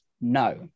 no